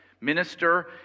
Minister